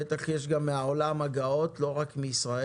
בטח יש גם הגעות מהעולם, לא רק מישראל.